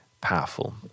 powerful